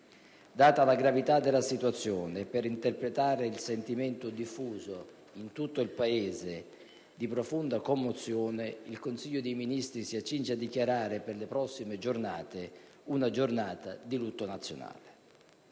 Data la gravità della situazione, per interpretare il sentimento diffuso in tutto il Paese di profonda commozione, il Consiglio dei ministri si accinge a dichiarare per le prossime giornate una giornata di lutto nazionale.